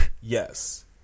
Yes